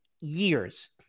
years